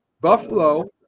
Buffalo